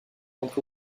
entrée